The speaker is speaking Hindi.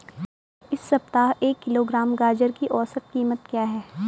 इस सप्ताह एक किलोग्राम गाजर की औसत कीमत क्या है?